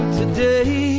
today